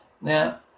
Now